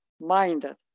minded